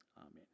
amen